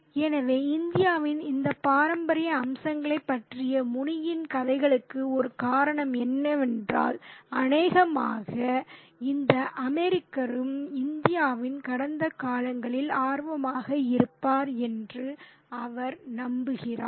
எனவே இந்தியாவின் இந்த பாரம்பரிய அம்சங்களைப் பற்றிய முனியின் கதைகளுக்கு ஒரு காரணம் என்னவென்றால் அநேகமாக இந்த அமெரிக்கரும் இந்தியாவின் கடந்த காலங்களில் ஆர்வமாக இருப்பார் என்று அவர் நம்புகிறார்